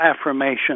affirmation